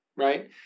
Right